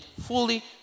fully